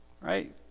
right